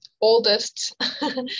oldest